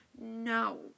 No